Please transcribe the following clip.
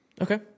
Okay